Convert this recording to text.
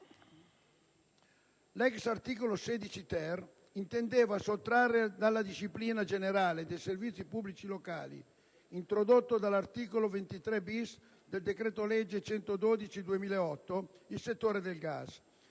L'ex articolo 16*-ter* intendeva sottrarre dalla disciplina generale dei servizi pubblici locali, introdotta dall'articolo 23*-bis* del decreto-legge n. 112 del 2008, il settore del gas,